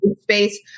space